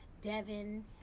Devin